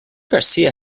garcia